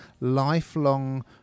lifelong